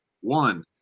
One